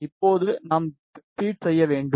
இப்போது நாம் ஃபீட் செய்யவேண்டும்